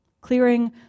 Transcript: Clearing